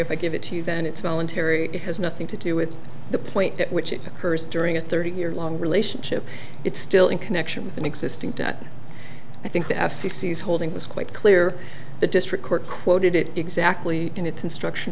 if i give it to you then it's voluntary it has nothing to do with the point at which it occurs during a thirty year long relationship it's still in connection with an existing i think the f c c is holding this quite clear the district court quoted it exactly in its instruction